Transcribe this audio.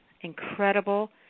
incredible